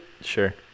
Sure